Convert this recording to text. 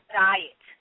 diet